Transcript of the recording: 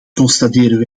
constateren